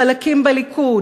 חלקים בליכוד,